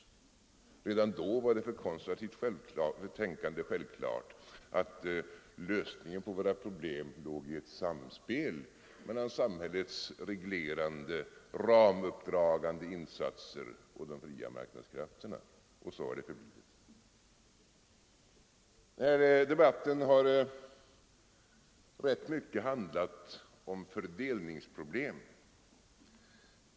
Redan då var det för konservativt tänkande självklart att lösningen på våra problem låg i ett samspel mellan samhällets reglerande, ramuppdragande insatser och de fria marknadskrafterna. Och så har det förblivit. Den här debatten har rätt mycket handlat om fördelningsproblem.